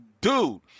dude